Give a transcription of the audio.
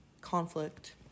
conflict